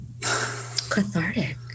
cathartic